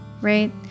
Right